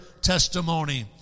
testimony